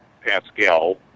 Pascal